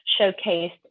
showcased